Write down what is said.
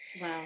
Wow